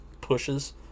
pushes